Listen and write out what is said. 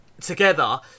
together